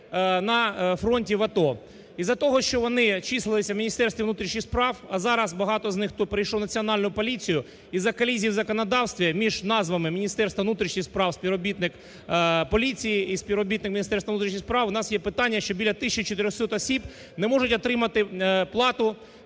на фронті в АТО. Із-за того, що вони числилися в Міністерстві внутрішніх справ, а зараз багато з них хто перейшов в Національну поліцію, із-за колізії в законодавстві між назвами Міністерство внутрішніх справ, співробітник поліції і співробітник Міністерства внутрішніх справ, у нас є питання, що біля 1400 осіб не можуть отримати плату